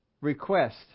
request